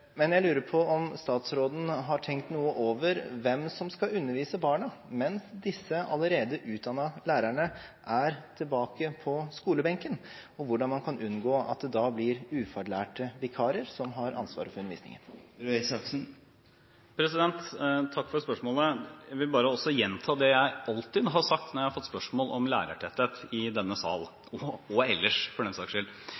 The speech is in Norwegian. men jeg lurer på om statsråden har tenkt noe over hvem som skal undervise barna mens disse allerede utdannede lærerne er tilbake på skolebenken, og hvordan man kan unngå at det blir ufaglærte vikarer som har ansvaret for undervisningen. Takk for spørsmålet. Jeg vil bare også gjenta det jeg alltid har sagt når jeg har fått spørsmål om lærertetthet i denne